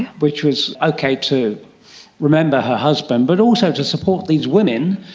which was okay to remember her husband, but also to support these women,